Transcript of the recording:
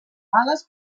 pales